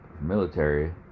military